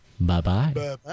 Bye-bye